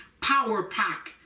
power-pack